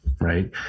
right